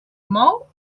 mou